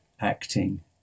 acting